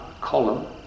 column